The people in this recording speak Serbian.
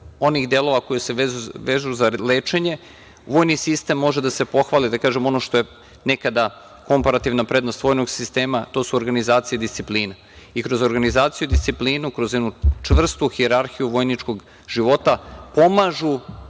onih delova koji se vežu za lečenje, vojni sistem može da se pohvali, da kažem, ono što je nekada komparativna prednost vojnog sistema, to su organizacije discipline. Kroz organizaciju discipline, kroz jednu čvrstu hijerarhiju vojničkog života, pomažu